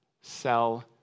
sell